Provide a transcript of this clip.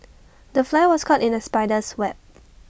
the fly was caught in the spider's web